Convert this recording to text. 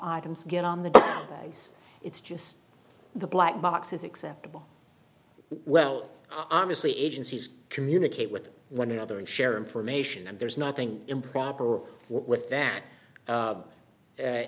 items get on the case it's just the black box is acceptable well obviously agencies communicate with one another and share information and there's nothing improper with that